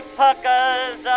puckers